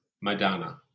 Madonna